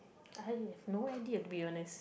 I have no idea to be honest